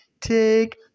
take